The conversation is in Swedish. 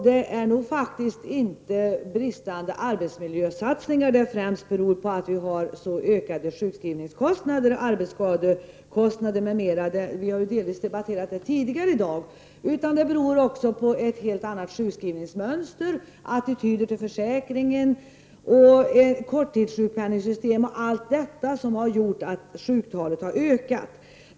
Det är nog inte bristande arbetsmiljösatsningar det främst beror på att kostnaderna har ökat för sjukskrivningar, arbetsskador m.m. — vi har delvis debatterat det tidigare i dag — utan det är också ett helt annat sjukskrivningsmönster, attityder till försäkringen, korttidssjukpenningssystem och allt detta som har gjort att sjuktalen har ökat.